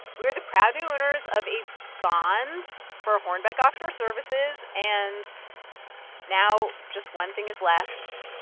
we're the proud new owners of a bond for hornbeck offshore services, and now just one thing is left.